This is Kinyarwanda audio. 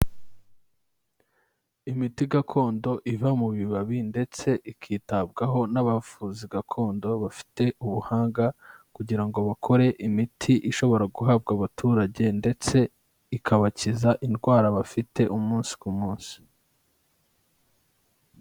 Imiti gakondo iva mu bibabi ndetse ikitabwaho n'abavuzi gakondo bafite ubuhanga, kugira ngo bakore imiti ishobora guhabwa abaturage ndetse ikabakiza indwara bafite umunsi ku munsi.